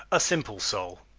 a simple soul